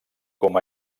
com